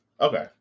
okay